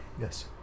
Yes